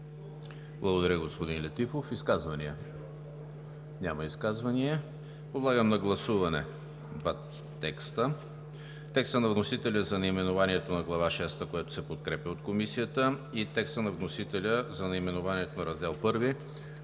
Благодаря, господин Летифов. Изказвания? Няма изказвания. Подлагам на гласуване двата текста: текстът на вносителя за наименованието на Глава шеста, който се подкрепя от Комисията, и текстът на вносителя за наименованието на Раздел I,